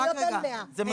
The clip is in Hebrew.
בחברות הרגילות אין 100. הם